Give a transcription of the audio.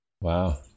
Wow